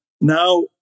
now